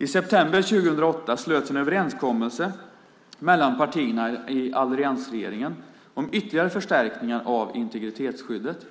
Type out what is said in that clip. I september 2008 slöts en överenskommelse mellan partierna i alliansregeringen om ytterligare förstärkningar av integritetsskyddet.